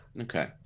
Okay